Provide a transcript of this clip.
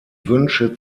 wünsche